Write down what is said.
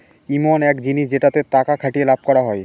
ইমন এক জিনিস যেটাতে টাকা খাটিয়ে লাভ করা হয়